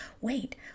wait